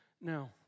Now